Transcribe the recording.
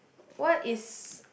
what is